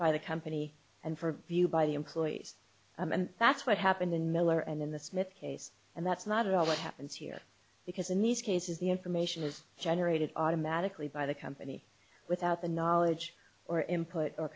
by the company and for view by the employees and that's what happened in miller and in the smith case and that's not at all what happens here because in these cases the information is generated automatically by the company without the knowledge or input or